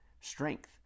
strength